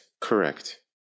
Correct